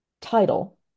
title